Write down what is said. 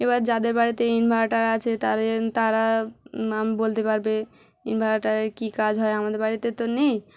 এবার যাদের বাড়িতে ইনভার্টার আছে তাদের তারা বলতে পারবে ইনভার্টারের কী কাজ হয় আমাদের বাড়িতে তো নেই